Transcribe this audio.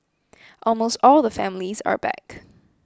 almost all the families are back